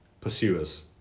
pursuers